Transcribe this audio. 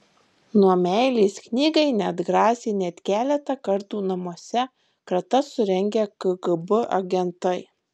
nuo meilės knygai neatgrasė net keletą kartų namuose kratas surengę kgb agentai